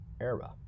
era